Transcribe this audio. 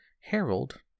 Harold